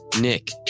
Nick